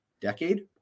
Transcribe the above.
decade